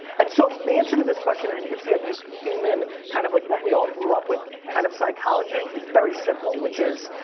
and so the answer to this question, as and you can see i've used human, kind of like what we all grew up with, kind of psychology, it's very simple which is,